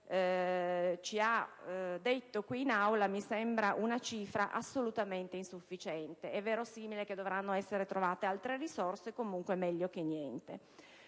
ci ha comunicato qui in Aula mi sembra assolutamente insufficiente. È verosimile che dovranno essere trovate ulteriori risorse, ma comunque meglio che niente.